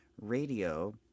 radio